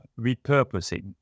repurposing